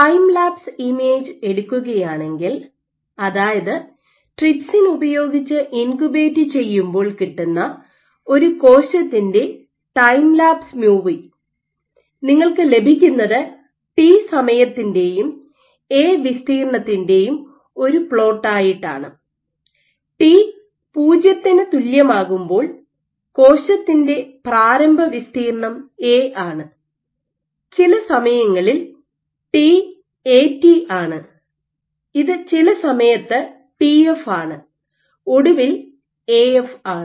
time lapse image എടുക്കുകയാണെങ്കിൽ അതായത് trypsin ഉപയോഗിച്ച് ഇൻകുബേറ്റ് ചെയ്യുമ്പോൾ കിട്ടുന്ന ഒരു കോശത്തിൻറെ ടൈം ലാപ്സ് മൂവി നിങ്ങൾക്ക് ലഭിക്കുന്നത് ടി സമയത്തിൻറെയും എ വിസ്തീർണ്ണത്തിൻറെയും ഒരു പ്ലോട്ടായിട്ടാണ് ടി പൂജ്യത്തിന് ത്തിന് തുല്യമാകുമ്പോൾ കോശത്തിൻറെ പ്രാരംഭ വിസ്തീർണ്ണം എ ആണ് ചില സമയങ്ങളിൽ ടി എടി ആണ് ഇത് ചില സമയത്ത് ടിഎഫ് ആണ് ഒടുവിൽ എഎഫ് ആണ്